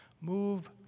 Move